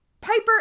Piper